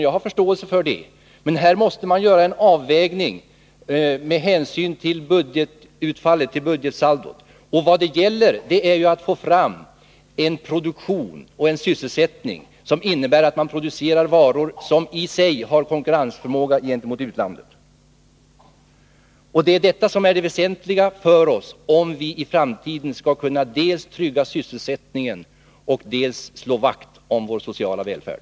Jag har förståelse för det, men här måste man göra en avvägning med hänsyn till budgetsaldot. Vad det gäller är ju att få fram en produktion och en sysselsättning som innebär att man producerar varor som i sig har konkurrensförmåga gentemot utlandet. Det är detta som är det väsentliga för oss, om vi i framtiden skall kunna dels trygga sysselsättningen, dels slå vakt om vår sociala välfärd.